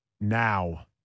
now